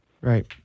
Right